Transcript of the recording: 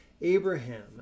Abraham